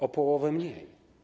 O połowę mniej.